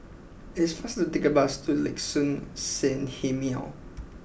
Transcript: it is faster to take the bus to Liuxun Sanhemiao